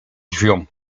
drzwiom